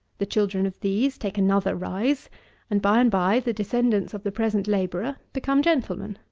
the children of these take another rise and, by-and-by, the descendants of the present labourer become gentlemen.